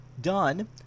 done